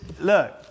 look